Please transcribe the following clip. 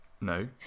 No